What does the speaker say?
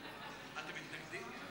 אתם מתנגדים?